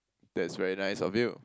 that's very nice of you